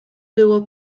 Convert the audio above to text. było